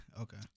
okay